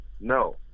No